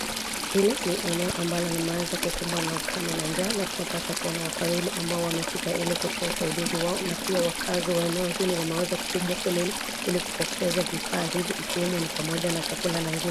Hili, nineneo ambalo limeweza kukumbwa na ukame na njaa, na tunapata kuona wau wawili ambao wamefika ili kutia usaidizi wao, na pia wakaazi wa eneo hili wameweza kupiga foleni, ili kupokezwa vifaa hivi ikiwemo chakula na nguo.